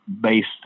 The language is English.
based